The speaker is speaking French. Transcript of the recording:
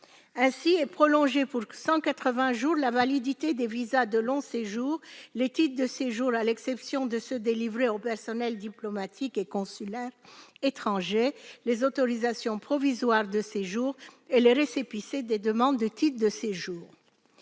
Ainsi est prolongée pour 180 jours la validité des visas de long séjour, des titres de séjour, à l'exception de ceux délivrés au personnel diplomatique et consulaire étranger, des autorisations provisoires de séjour et des récépissés de demandes de titres de séjour.